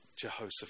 Jehoshaphat